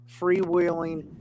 freewheeling